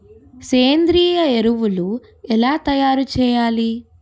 సేంద్రీయ ఎరువులు ఎలా తయారు చేయాలి?